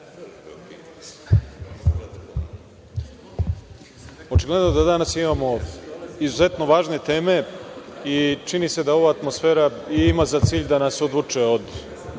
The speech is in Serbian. Očigledno da danas imamo izuzetno važne teme i čini se da ova atmosfera i ima za cilj da nas odvuče od